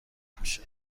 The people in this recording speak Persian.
میشه